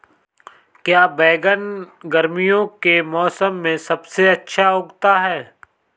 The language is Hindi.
क्या बैगन गर्मियों के मौसम में सबसे अच्छा उगता है?